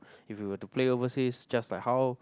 if you have to play overseas just like how